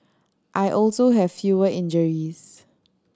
I also have fewer injuries